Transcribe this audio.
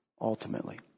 ultimately